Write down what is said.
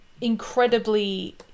incredibly